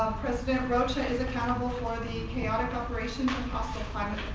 president rocha is accountable for the chaotic operations and hostile climate